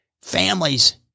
Families